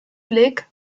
blick